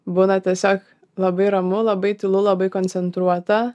būna tiesiog labai ramu labai tylu labai koncentruota